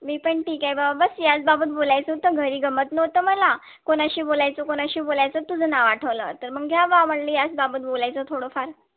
मी पण ठीक आहे बा बस याच बाबत बोलायचं होतं घरी गमत नव्हतं मला कोणाशी बोलायचं कोणाशी बोलायचं तुझं नाव आठवलं तर मग घ्यावा म्हटलं याच बाबत बोलायचं थोडंफार